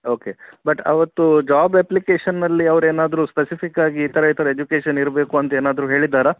okay but ಅವತ್ತು job ಅಪ್ಲಿಕೇಶನ್ನಲ್ಲಿ ಅವ್ರು ಏನಾದರು ಸ್ಪೆಸಿಫಿಕ್ಕಾಗಿ ಈ ಥರ ಈ ಥರ ಎಜುಕೇಶನ್ ಇರಬೇಕು ಅಂತ ಏನಾದರು ಹೇಳಿದ್ದಾರಾ